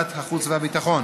ועדת החוץ והביטחון,